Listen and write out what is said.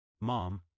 Mom